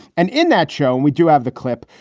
and in that show, and we do have the clip.